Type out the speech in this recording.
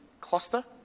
cluster